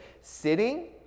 sitting